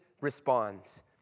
responds